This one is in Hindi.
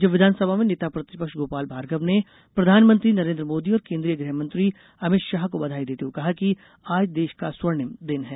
राज्य विधानसभा में नेता प्रतिपक्ष गोपाल भार्गव ने प्रधानमंत्री नरेन्द्र मोदी और केन्द्रीय गृह मंत्री अमित शाह को बधाई देते हुए कहा कि आज देश का स्वर्णिम दिन है